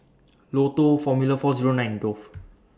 Lotto Formula four Zero nine and Dove